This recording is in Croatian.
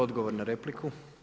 Odgovor na repliku.